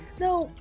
no